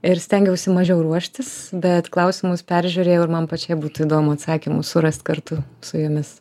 ir stengiausi mažiau ruoštis bet klausimus peržiūrėjau ir man pačiai būtų įdomu atsakymus surast kartu su jumis